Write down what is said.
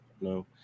No